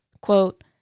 quote